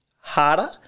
harder